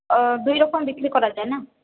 ও দুইরকম বিক্রি করা যায় না